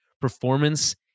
performance